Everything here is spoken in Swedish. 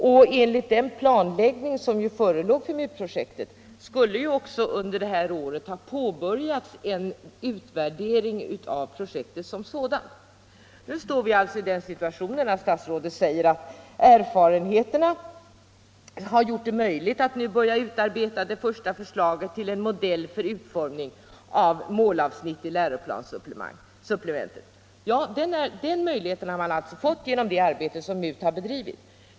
Och enligt den planläggning som förelåg för MUT-projektet skulle också under detta år ha påbörjats en utvärdering av projektet som sådant. Nu befinner vi oss alltså i den situationen att statsrådet säger att erfarenheterna har gjort det möjligt att börja utarbeta det första förslaget till en modell för utformning av målavsnitt i läroplanssupplementet. Den möjligheten har man alltså fått genom det arbete som MUT har bedrivit.